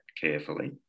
carefully